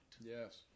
Yes